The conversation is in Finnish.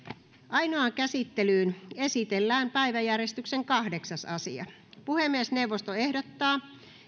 ainoaan käsittelyyn esitellään päiväjärjestyksen kahdeksas asia puhemiesneuvosto ehdottaa